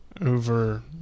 Over